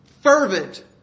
fervent